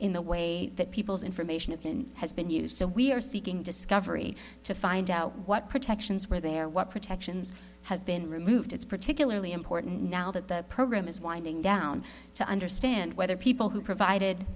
in the way that people's information has been used so we are seeking discovery to find out what protections were there what protections have been removed it's particularly important now that the program is winding down to understand whether people who provided